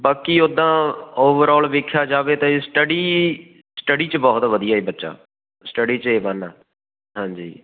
ਬਾਕੀ ਉੱਦਾਂ ਓਵਰਆਲ ਵੇਖਿਆ ਜਾਵੇ ਤਾਂ ਇਹ ਸਟੱਡੀ ਸਟੱਡੀ 'ਚ ਬਹੁਤ ਵਧੀਆ ਜੀ ਬੱਚਾ ਸਟੱਡੀ 'ਚ ਏ ਵਨ ਹੈ ਹਾਂਜੀ